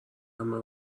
همه